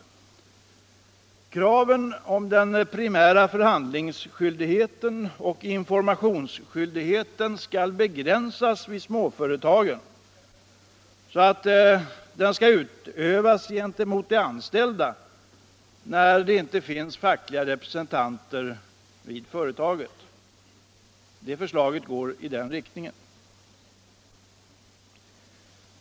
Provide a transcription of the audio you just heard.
I den riktningen går förslaget att den primära förhandlingsoch informationsskyldigheten skall begränsas vid småföretagen så att den skall gälla gentemot de anställda när det inte finns fackliga representanter vid företaget.